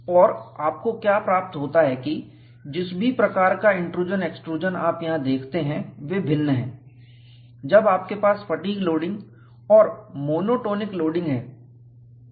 और आपको क्या प्राप्त होता है कि जिस भी प्रकार का इंट्रूजन एक्सट्रूजन आप यहां देखते हैं वे भिन्न हैं जब आपके पास फटीग लोडिंग और मोनोटोनिक लोडिंग है